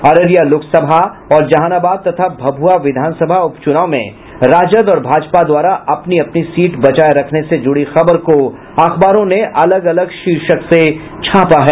अररिया लोकसभा और जहानाबाद तथा भभुआ विधानसभा उपचुनाव में राजद और भाजपा द्वारा अपनी अपनी सीट बचाये रखने से जुड़ी खबर को अखबारों ने अलग अलग शीर्षक से छापा है